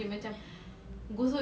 ya